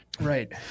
right